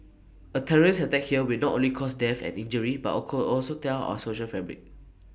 A terrorist attack here will not only cause death and injury but or co also tear our social fabric